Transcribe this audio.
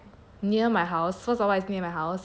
it's like near my house first of all it's near my house and like